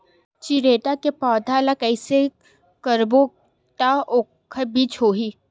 चिरैता के पौधा ल कइसे करबो त ओखर बीज होई?